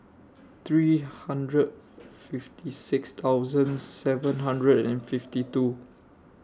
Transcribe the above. three hundred fifty six thousand seven hundred and fifty two